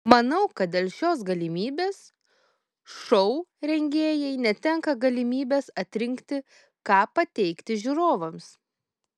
manau kad dėl šios galimybės šou rengėjai netenka galimybės atrinkti ką pateikti žiūrovams